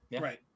Right